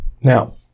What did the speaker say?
Now